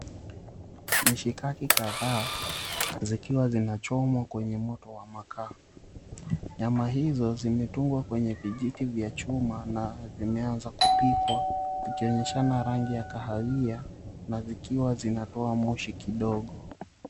Mishikaki kadhaa zikiwa zinachomwa kwenye moto wa makaa. Nyama hizo zimetungwa kwenye vijiti vya chuma na vimeanza kupikwa kukionyeshana rangi ya kahawia na vikiwa vinatoa moshi kidogo.